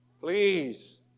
Please